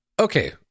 Okay